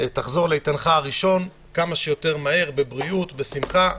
תחזור לאיתנך כמה שיותר מהר, בבריאות, בשמחה.